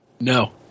No